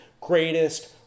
greatest